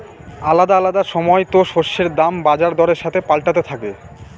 আলাদা আলাদা সময়তো শস্যের দাম বাজার দরের সাথে পাল্টাতে থাকে